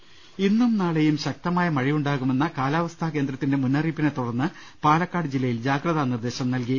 ് ഇന്നും നാളെയും ശക്തമായ മഴയുണ്ടാകുമെന്ന കാലാവസ്ഥ കേന്ദ്രത്തിന്റ മുന്നറിയിപ്പിനെ തുടർന്ന് പാലക്കാട് ജില്ലയിൽ ജാഗ്രതാ നിർദ്ദേശം നൽകി